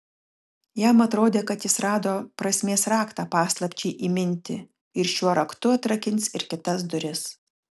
jam atrodė kad jis rado prasmės raktą paslapčiai įminti ir šiuo raktu atrakins ir kitas duris